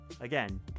again